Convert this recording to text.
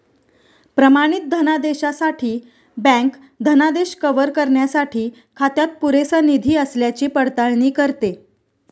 प्रमाणित धनादेशासाठी बँक धनादेश कव्हर करण्यासाठी खात्यात पुरेसा निधी असल्याची पडताळणी करते